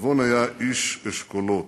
נבון היה איש אשכולות.